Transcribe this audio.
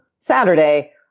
Saturday